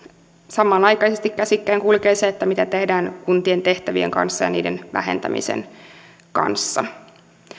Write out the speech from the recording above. samanaikaisesti käsikkäin kulkee se mitä tehdään kuntien tehtävien kanssa ja niiden vähentämisen kanssa